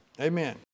Amen